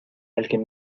alguien